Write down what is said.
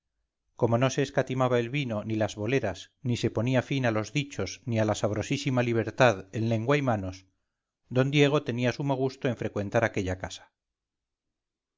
como no se escatimaba el vino ni las boleras ni se ponía fin a los dichos ni a la sabrosísima libertad en lengua y manos d diego tenía sumo gusto en frecuentar aquella casa